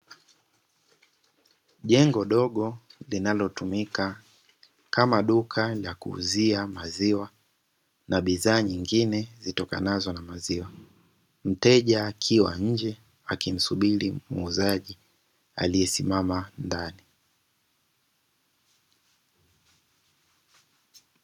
Jengo dogo linalotumika kama duka la kuuzia maziwa na bidhaa nyingine zitokanazo na maziwa, mteja akiwa nje akimsubiri muuzaji aliyesimama ndani.